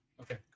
Okay